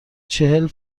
چهل